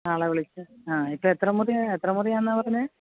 ആ ആളെ വിളിച്ചു ആ ഇപ്പം എത്ര മുറിയാണ് എത്ര മുറിയെന്നാണ് പറഞ്ഞത്